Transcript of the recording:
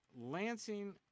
Lansing